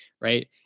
right